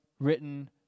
written